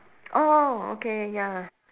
orh okay ya